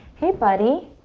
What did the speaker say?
hey buddy.